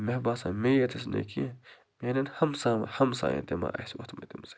مےٚ بَسان مےٚ یوتس نہٕ کیٚنٛہہ میانٮ۪ن ہمساین ہمساین تہِ ما اَسہِ ووٚتھمُت اَمہِ سۭتۍ